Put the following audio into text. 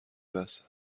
بسه